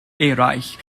eraill